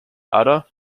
ada